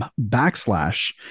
backslash